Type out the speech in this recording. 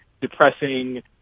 depressing